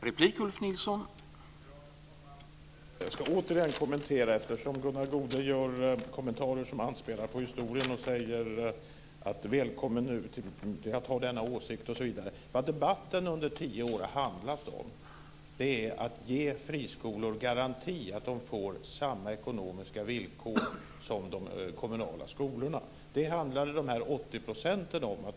Herr talman! Gunnar Goude gör kommentarer som anspelar på historien och säger välkommen till att ha denna åsikt osv. Vad debatten under tio år har handlat om är att ge friskolor garantier för att de får samma ekonomiska villkor som de kommunala skolorna. Det handlade de 80 procenten om.